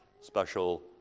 special